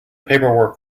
paperwork